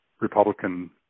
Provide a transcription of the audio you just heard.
Republican